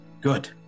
Good